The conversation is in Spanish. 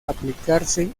aplicarse